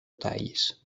talls